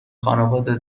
خانواده